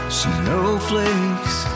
snowflakes